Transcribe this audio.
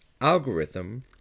algorithm